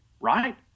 right